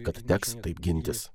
kad teks taip gintis